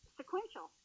sequential